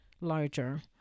larger